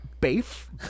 beef